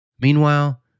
Meanwhile